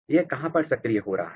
यह कहां पर सक्रिय हो रहा है